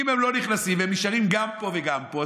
אם הם לא נכנסים ונשארים גם פה וגם פה,